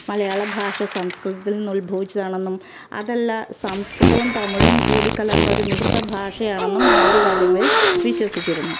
മലയാള ഭാഷ സംസ്കൃതത്തിൽ നിന്ന് ഉത്ഭവിച്ചതാണെന്നും അതല്ല സംസ്കൃതവും തമിഴും കൂടിക്കലർന്നൊരു മിശ്രിത ഭാഷയാണെന്നും ആദ്യകാലങ്ങളിൽ വിശ്വസിച്ചിരുന്നു